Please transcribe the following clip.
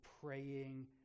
praying